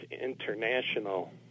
international